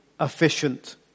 efficient